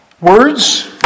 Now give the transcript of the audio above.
words